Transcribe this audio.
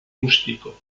rústico